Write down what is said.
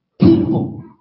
people